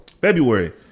February